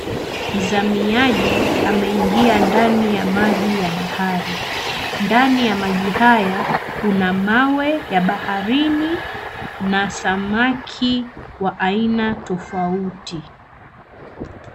Mzamiaji ameingia ndani ya maji ya bahari. Ndani ya maji haya, kuna mawe ya baharini na samaki wa aina tofauti.